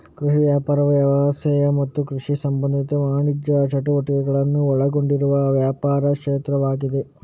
ಕೃಷಿ ವ್ಯಾಪಾರವು ವ್ಯವಸಾಯ ಮತ್ತು ಕೃಷಿ ಸಂಬಂಧಿತ ವಾಣಿಜ್ಯ ಚಟುವಟಿಕೆಗಳನ್ನ ಒಳಗೊಂಡಿರುವ ವ್ಯಾಪಾರ ಕ್ಷೇತ್ರವಾಗಿದೆ